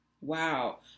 wow